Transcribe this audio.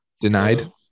denied